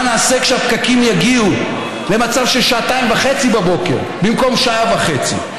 מה נעשה כשהפקקים יגיעו למצב של שעתיים וחצי בבוקר במקום שעה וחצי?